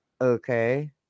Okay